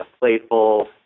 playful